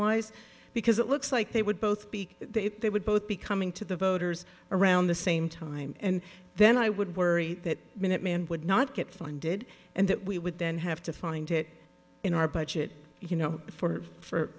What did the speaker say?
wise because it looks like they would both be they would both be coming to the voters around the same time and then i would worry that minuteman would not get funded and that we would then have to find it in our budget you know for for